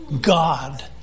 God